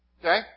Okay